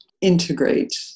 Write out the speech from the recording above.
integrate